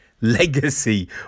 Legacy